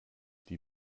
die